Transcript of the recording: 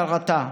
חרטה,